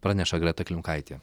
praneša greta klimkaitė